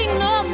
no